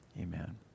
Amen